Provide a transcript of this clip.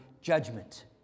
judgment